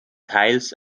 teils